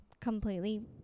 completely